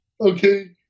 okay